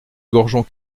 gorgeons